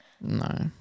No